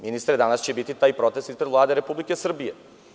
Ministre, danas će biti taj protest ispred Vlade Republike Srbije.